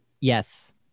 yes